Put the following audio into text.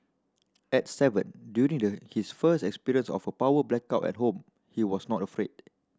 at seven during his first experience of a power blackout at home he was not afraid